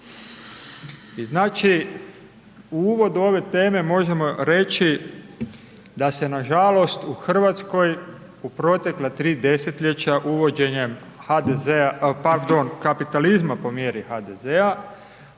I znači u uvodu ove teme možemo reći da se nažalost u Hrvatskoj u protekla 3 desetljeća uvođenjem HDZ-a, pardon, kapitalizma po mjeri HDZ-a,